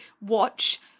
watch